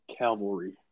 Cavalry